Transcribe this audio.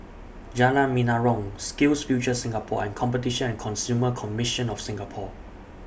Jalan Menarong SkillsFuture Singapore and Competition and Consumer Commission of Singapore